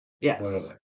Yes